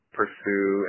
pursue